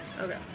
okay